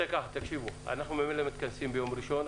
אנחנו ממילא מתכנסים ביום ראשון.